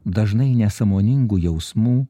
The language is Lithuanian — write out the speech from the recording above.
dažnai nesąmoningų jausmų